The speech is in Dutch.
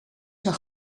nog